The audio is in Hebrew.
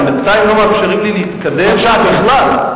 אתם בינתיים לא מאפשרים לי להתקדם בכלל,